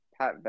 Pat